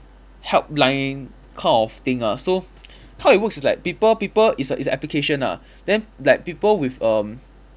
help blind kind of thing ah so how it works is like people people it's a it's a application ah then like people with um